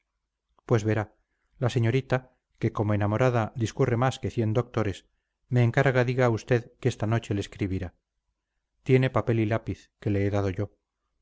pues verá la señorita que como enamorada discurre más que cien doctores me encarga diga a usted que esta noche le escribirá tiene papel y lápiz que le he dado yo